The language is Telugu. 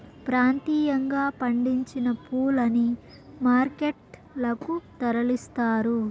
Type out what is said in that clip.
ప్రాంతీయంగా పండించిన పూలని మార్కెట్ లకు తరలిస్తారు